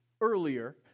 earlier